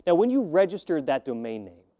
and when you registered that domain name,